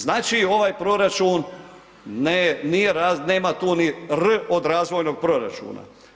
Znači ovaj proračun ne, nije, nema tu ni „r“ od razvojnog proračuna.